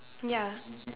ya